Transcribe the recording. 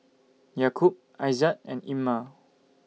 Yaakob Aizat and Ammir